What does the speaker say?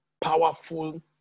Powerful